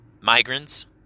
migrants